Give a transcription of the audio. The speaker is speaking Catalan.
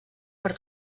per